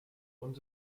und